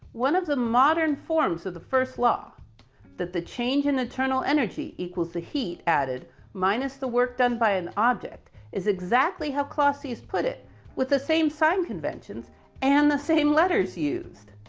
one of the modern forms of the first law that the change in eternal energy equals the heat added minus the work done by an object is exactly how clausius put it with the same sign conventions and the same letters used.